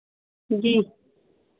जी